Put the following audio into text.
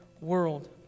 world